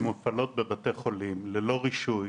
הן מופעלות בבתי החולים, ללא רישוי